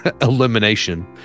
elimination